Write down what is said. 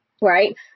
Right